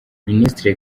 minisitiri